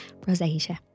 rosacea